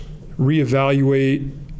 reevaluate